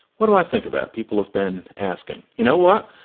what do i think of that? people have been asking, you know what?